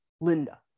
Linda